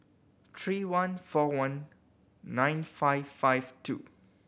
three one four one nine five five two